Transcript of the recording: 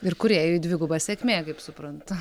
ir kūrėjui dviguba sėkmė kaip suprantu